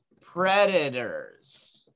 predators